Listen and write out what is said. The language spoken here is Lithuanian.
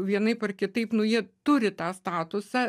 vienaip ar kitaip nu jie turi tą statusą